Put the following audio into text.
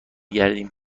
گردیم